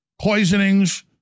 poisonings